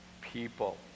people